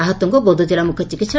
ଆହତଙ୍କୁ ବୌଦ୍ଧ ଜିଲା ମୁଖ୍ୟ ଚିକିସ୍